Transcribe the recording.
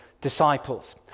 disciples